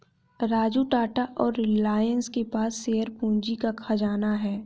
राजू टाटा और रिलायंस के पास शेयर पूंजी का खजाना है